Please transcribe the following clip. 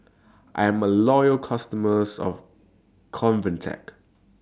I'm A Loyal customer of Convatec